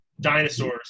dinosaurs